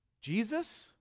Jesus